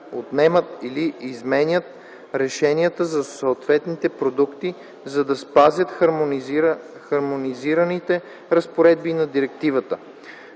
отнемат или изменят решенията за съответните продукти, за да спазят хармонизираните разпоредби на директивата.